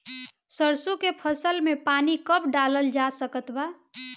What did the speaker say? सरसों के फसल में पानी कब डालल जा सकत बा?